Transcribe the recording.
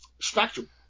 Spectrum